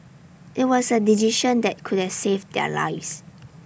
IT was A decision that could have saved their lives